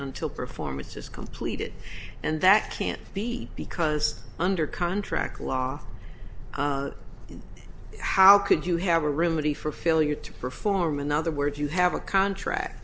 until performance is completed and that can't be because under contract law how could you have a realty for failure to perform in other words you have a contract